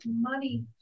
Money